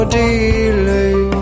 delay